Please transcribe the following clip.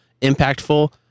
impactful